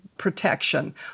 protection